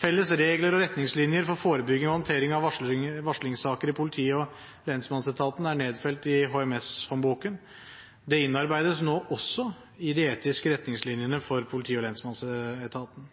Felles regler og retningslinjer for forebygging og håndtering av varslingssaker i politi- og lensmannsetaten er nedfelt i HMS-håndboken. Det innarbeides nå også i de etiske retningslinjene for politi- og lensmannsetaten.